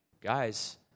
guys